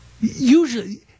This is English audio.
usually